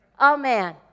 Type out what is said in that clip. amen